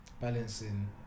balancing